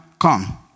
Come